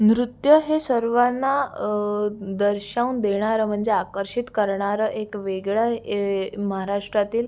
नृत्य हे सर्वांना दर्शवून देणारं म्हणजे आकर्षित करणारं एक वेगळं आहे महाराष्ट्रातील